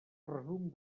resum